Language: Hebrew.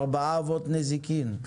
ארבעה אבות נזיקין,